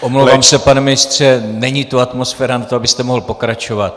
Omlouvám se, pane ministře, není tu atmosféra na to, abyste mohl pokračovat.